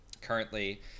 currently